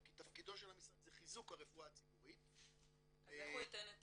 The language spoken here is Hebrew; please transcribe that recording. כי תפקידו של המשרד זה חיזוק הרפואה הציבורית -- אז איך הוא ייתן את